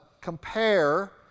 compare